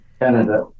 Canada